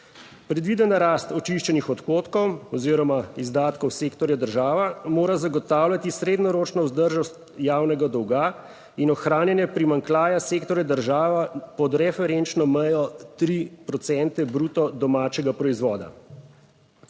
Predvidena rast očiščenih odhodkov oziroma izdatkov sektorja država mora zagotavljati srednjeročno vzdržnost javnega dolga in ohranjanje primanjkljaja sektorja država pod referenčno mejo 3 procente bruto domačega proizvoda.